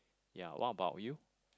ya what about you